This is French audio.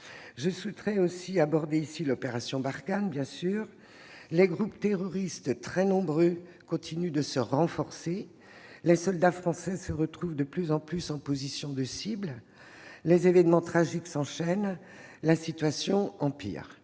Je souhaiterais évoquer ici l'opération Barkhane. Les groupes terroristes, très nombreux, continuent de se renforcer. Les soldats français sont de plus en plus souvent leurs cibles. Les événements tragiques s'enchaînent et la situation empire.